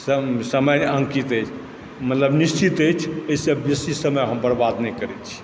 समय अङ्कित अछि मतलब निश्चित अछि एहिसँ बेसी समय हम नहि बर्बाद करैत छी